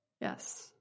Yes